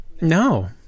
No